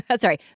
Sorry